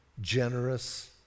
generous